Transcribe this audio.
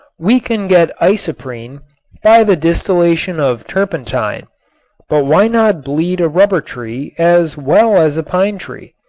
we can get isoprene by the distillation of turpentine but why not bleed a rubber tree as well as a pine tree?